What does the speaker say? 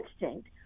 instinct